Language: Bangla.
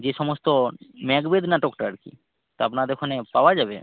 যে সমস্ত ম্যাকবেথ নাটকটা আর কি তা আপনার ওখানে পাওয়া যাবে